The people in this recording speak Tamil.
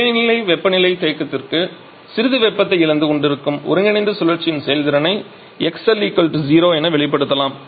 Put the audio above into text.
இடைநிலை வெப்பநிலை தேக்கத்தில் சிறிது வெப்பத்தை இழந்து கொண்டிருக்கும் ஒருங்கிணைந்த சுழற்சியின் செயல்திறனை xL 0 என வெளிப்படுத்தலாம்